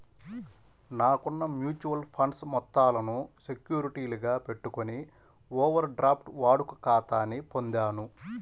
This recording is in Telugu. నాకున్న మ్యూచువల్ ఫండ్స్ మొత్తాలను సెక్యూరిటీలుగా పెట్టుకొని ఓవర్ డ్రాఫ్ట్ వాడుక ఖాతాని పొందాను